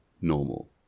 normal